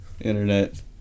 Internet